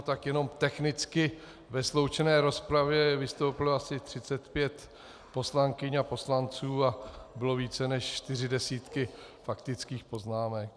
Tak jenom technicky: ve sloučené rozpravě vystoupilo asi 35 poslankyň a poslanců a byly více než čtyři desítky faktických poznámek.